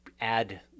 add